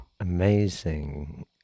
amazing